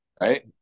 Right